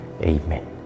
Amen